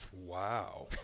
Wow